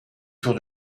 tour